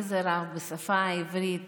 איזה רב בשפה העברית